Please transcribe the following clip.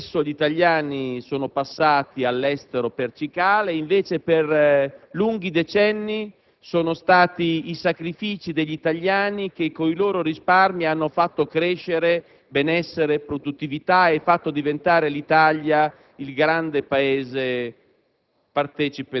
Spesso gli italiani sono passati all'estero per cicale, quando per lunghi decenni sono stati i sacrifici degli italiani che, con i loro risparmi, hanno fatto crescere benessere e produttività e fatto diventare l'Italia il grande Paese partecipe